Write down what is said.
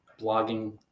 blogging